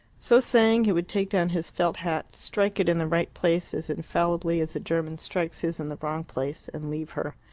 so saying, he would take down his felt hat, strike it in the right place as infallibly as a german strikes his in the wrong place, and leave her.